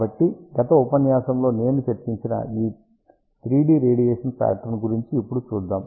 కాబట్టి గత ఉపన్యాసము లో నేను చర్చించిన ఈ 3 D రేడియేషన్ పాట్రన్ గురించి ఇప్పుడు చూద్దాం